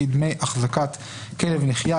כדמי אחזקת כלב נחייה,